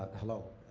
hello,